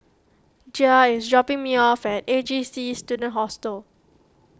Gia is dropping me off at A J C Student Hostel